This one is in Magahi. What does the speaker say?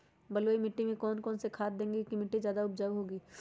बलुई मिट्टी में कौन कौन से खाद देगें की मिट्टी ज्यादा उपजाऊ होगी?